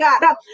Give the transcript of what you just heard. God